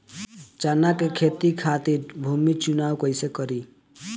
चना के खेती खातिर भूमी चुनाव कईसे करी?